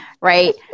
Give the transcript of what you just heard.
Right